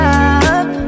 up